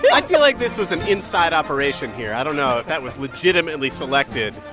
but i feel like this was an inside operation here. i don't know if that was legitimately selected.